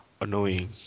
annoying